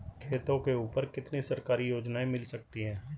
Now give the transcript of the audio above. खेतों के ऊपर कितनी सरकारी योजनाएं मिल सकती हैं?